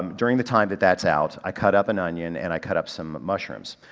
um during the time that that's out, i cut up an onion and i cut up some mushrooms.